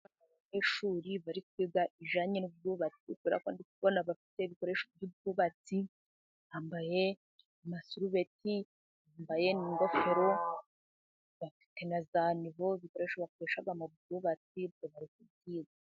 Abanyeshuri bari kwiga ibijyanye n'ubwubatsi, kubera ko ndi kubona bafite ibikoresho by'ubwubatsi, bambaye amasurubeti, bambaye n' ingofero, bafite na za nivo, ibikoresho bakoresha mu bwubatsi, ubwo barimo kwiga.